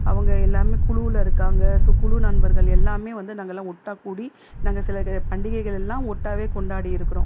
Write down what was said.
அவங்க எல்லாம் குழுவுல இருக்காங்க ஸோ குழு நண்பர்கள் எல்லாம் வந்து நாங்களெலாம் ஒட்டாக கூடி நாங்கள் சிலது பண்டிகைகளெல்லாம் ஒட்டாகவே கொண்டாடியிருக்கிறோம்